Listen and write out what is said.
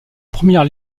première